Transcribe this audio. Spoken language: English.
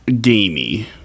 gamey